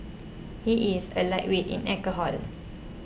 he is a lightweight in alcohol